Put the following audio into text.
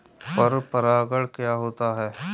पर परागण क्या होता है?